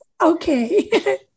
Okay